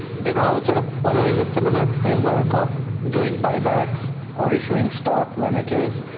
they're all sort of following the similar framework of doing buybacks or issuing stock managers,